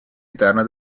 interna